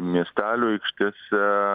miestelių aikštėse